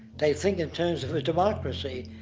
they think in terms of a democracy,